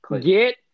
Get